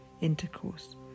intercourse